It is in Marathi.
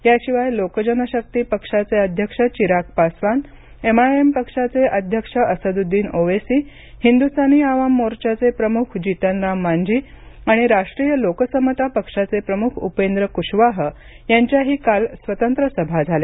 याशिवाय लोक जन शक्ती पक्षाचे अध्यक्ष चिराग पासवान एमआयएम पक्षाचे अध्यक्ष असदुद्दिन ओवेसी हिंदुस्तान आवाम मोर्चाचे प्रमुख जीतनराम मांझी आणि राष्ट्रीय लोक समता पक्षाचे प्रमुख उपेंद्र कुशवाह यांच्याही काल स्वतंत्र सभा झाल्या